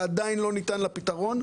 ועדיין לא ניתן לה פתרון,